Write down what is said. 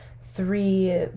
three